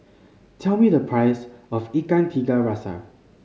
tell me the price of Ikan Tiga Rasa